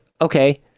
okay